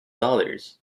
dollars